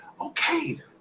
Okay